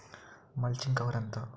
Mulching cover ఎంత?